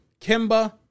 Kimba